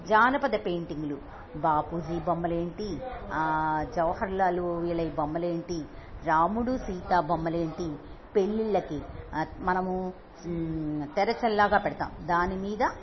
జానపద పెయింటింగ్లు బాపూజీ బొమ్మలేంటి జవహర్ లాలు వీళ్ళవి బొమ్మలేంటి రాముడు సీతా బొమ్మలేంటి పెళ్ళిళ్ళకి మనము తెరచల్లాగా పెడతాం దాని మీద